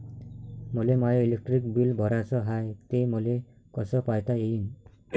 मले माय electric bill भराचं हाय, ते मले कस पायता येईन?